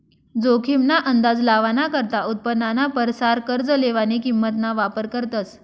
जोखीम ना अंदाज लावाना करता उत्पन्नाना परसार कर्ज लेवानी किंमत ना वापर करतस